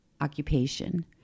occupation